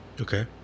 okay